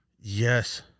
yes